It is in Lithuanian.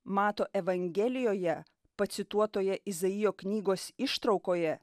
mato evangelijoje pacituotoje izaijo knygos ištraukoje